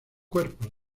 cuerpos